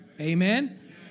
Amen